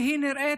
והיא נראית,